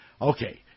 Okay